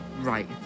Right